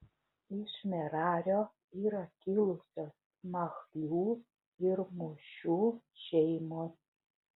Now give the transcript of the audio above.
iš merario yra kilusios machlių ir mušių šeimos